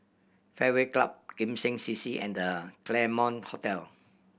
Fairway Club Kim Seng C C and The Claremont Hotel